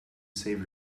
save